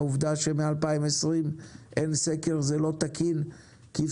העובדה שמ-2020 לא נערך סקר זה לא תקין כי אי